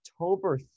October